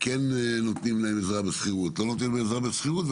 האם נותנים או לא נותנים להם עזרה בשכירות,